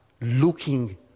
looking